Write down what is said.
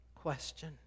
question